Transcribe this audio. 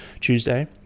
Tuesday